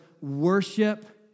worship